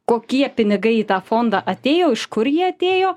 kokie pinigai į tą fondą atėjo iš kur jie atėjo